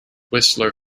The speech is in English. whistler